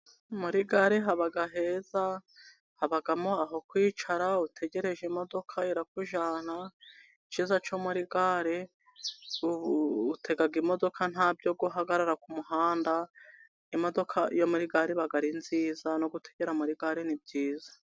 Muri gare haba heza, habamo aho kwicara utegereje imodoka irakujyana, icyiza cyo muri gare ubu utega imodoka nta byo guhagarara ku muhanda, imodoka yo muri gare iba ari nziza no gutegera muri gare ni byiza.